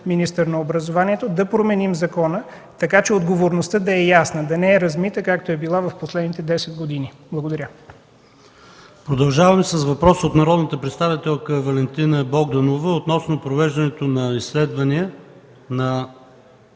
министър на образованието, да променим закона, така че отговорността да е ясна, да не е размита, както е била в последните десет години. Благодаря. ПРЕДСЕДАТЕЛ ПАВЕЛ ШОПОВ: Продължаваме с въпрос от народния представител Валентина Богданова относно провеждането на последната